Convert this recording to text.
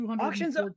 auctions